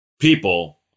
people